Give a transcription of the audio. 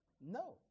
No